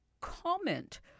comment